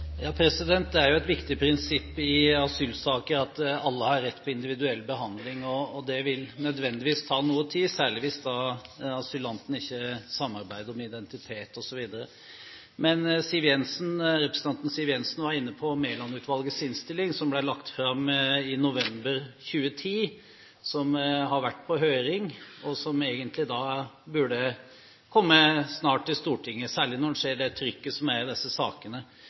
jo et viktig prinsipp i asylsaker at alle har rett til individuell behandling. Det vil nødvendigvis ta noe tid, særlig hvis asylanten ikke samarbeider om identitet osv. Representanten Siv Jensen var inne på Mæland-utvalgets innstilling, som ble lagt fram i november 2010, som har vært på høring, og som egentlig snart burde komme til Stortinget – særlig når en ser det trykket som er i disse sakene.